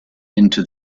into